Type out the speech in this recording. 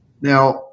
Now